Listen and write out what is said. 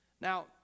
Now